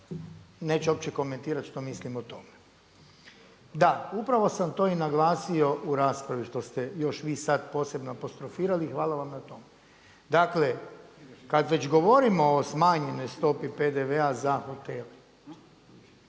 neću uopće komentirati što mislim o tome. Da, upravo sam to i naglasio u raspravi što ste još vi sad posebno apostrofirali i hvala vam na tome. Dakle, kad već govorimo o smanjenoj stopi PDV-a za hotele,